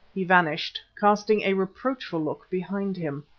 he vanished, casting a reproachful look behind him.